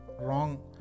wrong